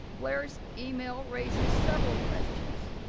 blairs email raises several questions,